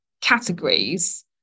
categories